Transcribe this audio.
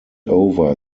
over